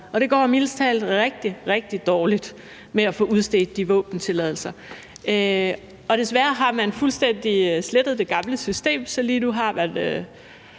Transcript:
og det går mildest talt rigtig, rigtig dårligt med at få udstedt de våbentilladelser. Og desværre har man fuldstændig slettet det gamle system, så lige nu har man